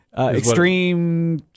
extreme